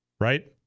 Right